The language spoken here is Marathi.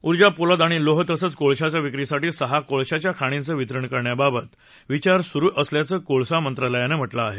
ऊर्जा पोलाद आणि लोह तसंच कोळसाच्या विक्रीसाठी सहा कोळसाच्या खाणींचं वितरण करण्याबाबत विचार सुरु असल्याचं कोळसा मंत्रालयानं म्हटलं आहे